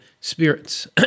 spirits